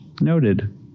noted